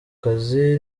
kazi